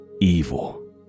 evil